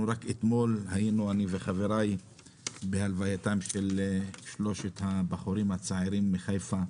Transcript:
רק אתמול אני וחבריי היינו בהלווייתם של שלושת הבחורים הצעירים מחיפה.